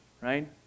Right